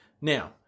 Now